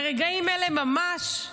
ברגעים אלה ממש,